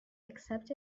accept